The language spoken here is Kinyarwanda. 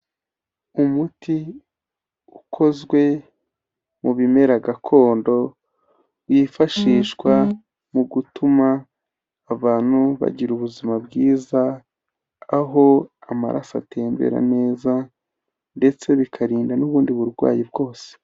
Umuti ukozwe mu bimera gakondo, wifashishwa mu gutuma abantu bagira ubuzima bwiza, aho amaraso atembera neza, ndetse bikarinda n'ubundi burwayi bwose.